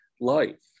life